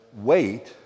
wait